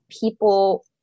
people